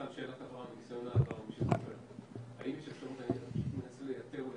שאלת הבהרה האם יש אפשרות לייתר אולי